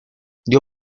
dio